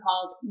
called